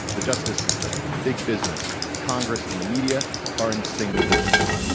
the justice system, big business, congress, and the media are in single digits.